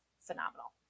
phenomenal